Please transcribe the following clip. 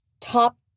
top